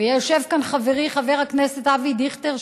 ויושב כאן חברי חבר הכנסת אבי דיכטר,